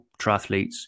triathletes